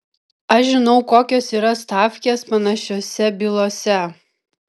aš žinau kokios yra stavkės panašiose bylose